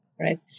right